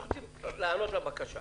אנחנו רוצים להיענות לבקשה,